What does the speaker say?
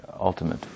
ultimate